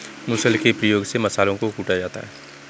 मुसल के प्रयोग से मसालों को कूटा जाता है